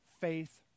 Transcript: faith